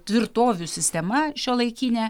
tvirtovių sistema šiuolaikinė